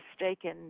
mistaken